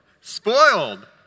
Spoiled